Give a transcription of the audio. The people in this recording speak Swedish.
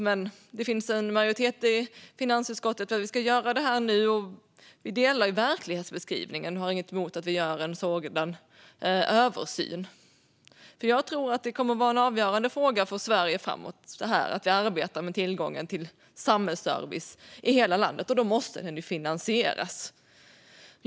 Men det finns en majoritet i finansutskottet för att vi ska göra detta nu, och vi instämmer i verklighetsbeskrivningen och har inget emot att vi gör en översyn. Jag tror att det kommer att vara en avgörande fråga för Sverige framöver att vi arbetar med tillgången till samhällsservice i hela landet. Då måste den ju finansieras.